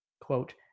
Quote